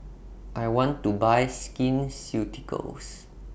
I want to Buy Skin Ceuticals